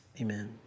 Amen